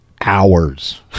hours